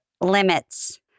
Limits